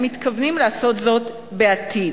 הם מתכוונים לעשות זאת בעתיד.